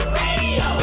radio